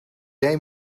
led